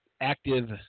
active